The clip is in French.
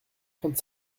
trente